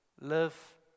Live